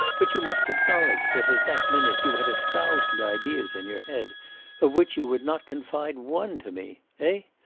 but you must acknowledge that at that minute you had a thousand ideas in your head of which you would not confide one to me. ah?